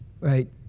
right